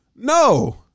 No